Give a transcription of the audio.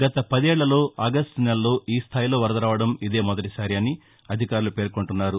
గత పదేళ్ళలో ఆగస్టు నెలలో ఈ స్థాయిలో వరద రావడం ఇదే మొదటిసారి అని అధికారులు పేర్కొంటున్నారు